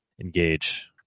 engage